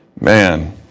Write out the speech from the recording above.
man